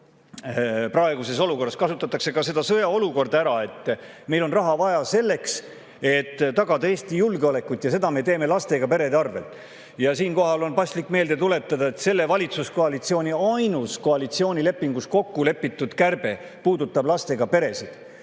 praeguses olukorras, kasutatakse ka sõjaolukorda ära, et meil on raha vaja selleks, et tagada Eesti julgeolekut, ja seda me teeme lastega perede arvel. Siinkohal on paslik meelde tuletada, et selle valitsuskoalitsiooni ainus koalitsioonilepingus kokku lepitud kärbe puudutab lastega peresid